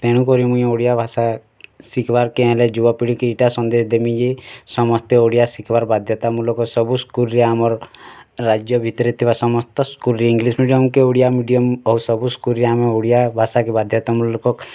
ତେଣୁ କରି ମୁଇଁ ଓଡ଼ିଆ ଭାଷା ଶିଖବାର୍କେ ହେଲେ ଯୁବ ପିଢ଼ିକି ଏଟା ସନ୍ଦେଶ ଦେମି ଯେ ସମସ୍ତେ ଓଡ଼ିଆ ଶିଖିବାର୍ ବାଧ୍ୟତାମୂଳକ ସବୁ ସ୍କୁଲ୍ରେ ଆମର୍ ରାଜ୍ୟ ଭିତରେ ଥିବା ସମସ୍ତ ସ୍କୁଲ୍ରେ ଇଂଲିଶ୍ ମିଡ଼ିଅମ୍ କି ଓଡ଼ିଆ ମିଡ଼ିଅମ୍ ଆଉ ସବୁ ସ୍କୁଲ୍ରେ ଆମେ ଓଡ଼ିଆ ଭାଷାକେ ବାଧ୍ୟତା ମୂଲକ